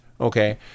okay